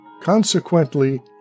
Consequently